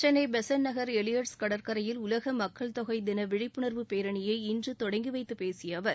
Chennai Besant Nagar Elliot's கடற்கரையில் உலக மக்கள் தொகை தின விழிப்புணர்வு பேரணியை இன்று தொடங்கி வைத்து பேசிய அவர்